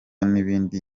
n’ibindi